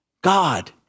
God